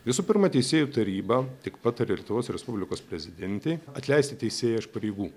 visų pirma teisėjų taryba tik patarė lietuvos respublikos prezidentei atleisti teisėją iš pareigų